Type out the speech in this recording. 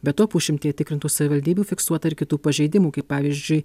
be to pusšimtyje tikrintų savivaldybių fiksuota ir kitų pažeidimų kai pavyzdžiui